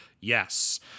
yes